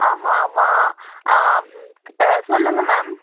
ஆமாம் ஆமாம் சொல்லுங்க மேம்